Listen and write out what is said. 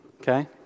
okay